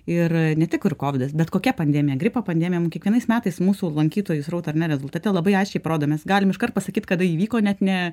ir ne tik ir kovidas bet kokia pandemija gripo pandemija kiekvienais metais mūsų lankytojų srautą ar ne rezultate labai aiškiai parodo mes galim iškart pasakyt kada įvyko net ne